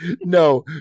No